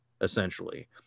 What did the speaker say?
essentially